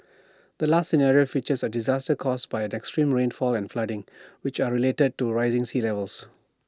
the last scenario features A disaster caused by extreme rainfall and flooding which are related to rising sea levels